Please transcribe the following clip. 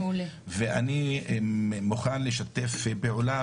אני מוכן לשתף פעולה